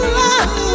love